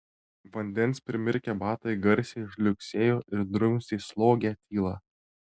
vandens primirkę batai garsiai žliugsėjo ir drumstė slogią tylą